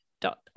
Dot